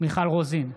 מיכל רוזין,